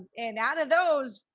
and out of those,